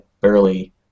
barely